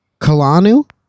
Kalanu